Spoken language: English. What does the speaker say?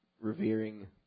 revering